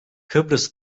kıbrıs